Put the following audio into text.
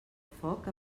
foc